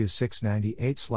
698